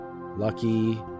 lucky